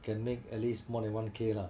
can make at least more than one K lah